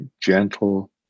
gentle